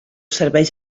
serveix